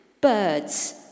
Birds